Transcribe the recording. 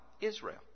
Israel